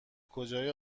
کجای